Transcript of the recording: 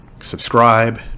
subscribe